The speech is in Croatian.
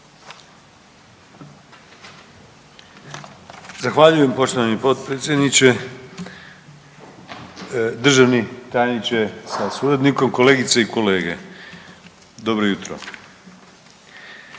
Zahvaljujem poštovani potpredsjedniče, državni tajniče sa suradnikom, kolegice i kolege. Dobro jutro.